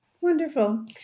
Wonderful